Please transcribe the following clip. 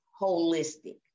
holistic